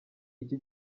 iki